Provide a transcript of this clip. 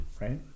right